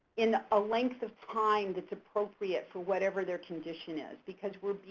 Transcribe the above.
in a length of time that's appropriate for whatever their condition is because we're